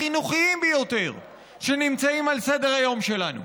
החינוכיים ביותר שנמצאים על סדר-היום שלנו.